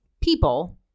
people